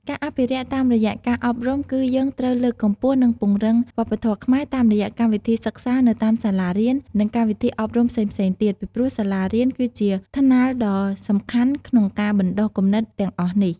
ការអភិរក្សតាមរយៈការអប់រំគឺ យើងត្រូវលើកកម្ពស់ និងពង្រឹងវប្បធម៌ខ្មែរតាមរយៈកម្មវិធីសិក្សានៅតាមសាលារៀន និងកម្មវិធីអប់រំផ្សេងៗទៀត ពីព្រោះសាលារៀនគឺជាថ្នាលដ៏សំខាន់ក្នុងការបណ្ដុះគំនិតទាំងអស់នេះ។